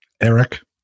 Eric